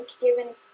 given